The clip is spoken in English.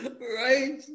Right